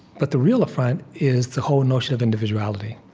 but the real affront is the whole notion of individuality.